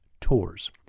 tours